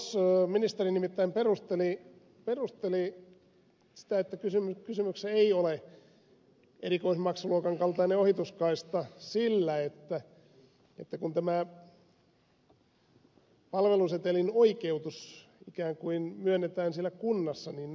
ministeri nimittäin perusteli sitä että kysymyksessä ei ole erikoismaksuluokan kaltainen ohituskaista sillä että kun tämä palvelusetelin oikeutus ikään kuin myönnetään siellä kunnassa niin näin ei voi käydä